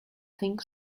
think